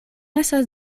estas